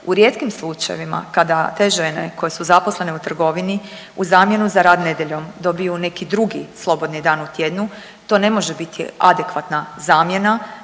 U rijetkim slučajevima kada te žene koje su zaposlene u trgovini u zamjenu za rad nedjeljom dobiju neki drugi slobodni dan u tjednu to ne može biti adekvatna zamjena